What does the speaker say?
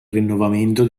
rinnovamento